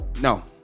No